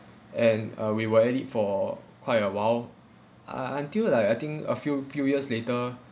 and uh we were at it for quite a while uh un~ until like I think a few few years later